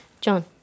John